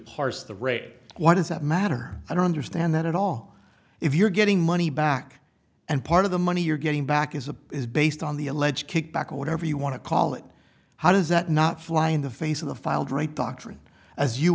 rape why does that matter i don't understand that at all if you're getting money back and part of the money you're getting back is a is based on the alleged kickback or whatever you want to call it how does that not fly in the face of the filed right doctrine as you